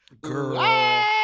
Girl